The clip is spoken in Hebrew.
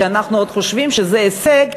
ואנחנו עוד חושבים שזה הישג,